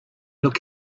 look